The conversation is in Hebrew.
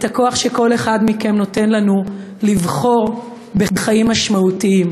את הכוח שכל אחד מכם נותן לנו לבחור בחיים משמעותיים,